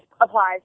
applies